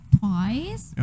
twice